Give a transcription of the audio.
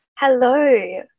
Hello